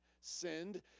sinned